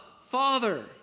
father